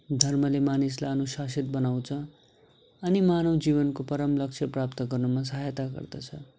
धर्मले मानिसलाई अनुशासित बनाउँछ अनि मानव जीवनको परम लक्ष्य प्राप्त गर्नुमा सहायता गर्दछ